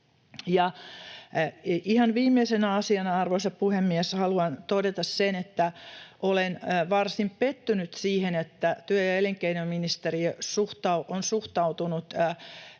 ihan viimeisenä asiana, arvoisa puhemies, haluan todeta sen, että olen varsin pettynyt siihen, että työ- ja elinkeinoministeriö on suhtautunut